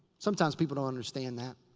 sometimes people don't understand that.